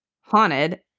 haunted